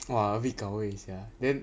!wah! a bit 搞胃 sia